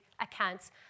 accounts